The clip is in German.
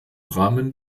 rahmen